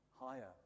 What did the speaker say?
higher